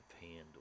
handled